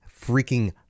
freaking